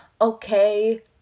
okay